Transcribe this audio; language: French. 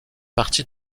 partie